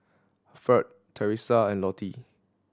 Ferd Teresa and Lottie